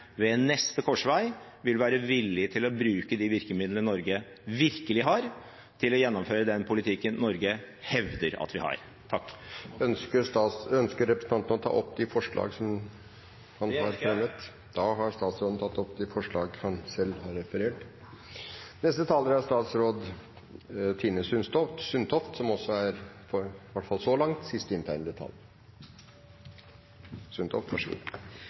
ved neste korsvei vil være villig til å bruke de virkemidlene Norge virkelig har, til å gjennomføre den politikken Norge hevder at vi har. Jeg tar opp forslagene fra Miljøpartiet De Grønne. Representanten Rasmus Hansson har tatt opp de forslagene han